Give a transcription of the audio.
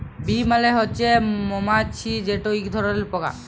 bee মালে হছে মমাছি যেট ইক ধরলের পকা